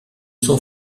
son